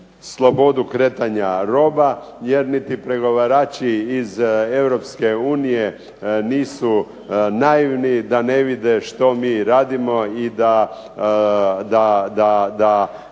Slobodu kretanja roba, jer niti pregovarači iz Europske unije nisu naivni da ne vide što mi radimo i da